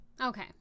Okay